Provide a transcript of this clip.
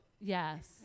Yes